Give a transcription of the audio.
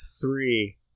three